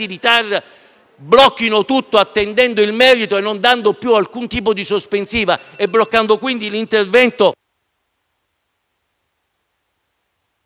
blocchino tutto attendendo il merito, non dando più alcun tipo di sospensiva e bloccando quindi l'intervento,